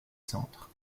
centre